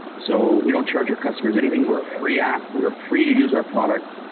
so we don't charge our customers anything. we're a free app. we're a free to use our product,